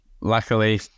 luckily